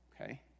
okay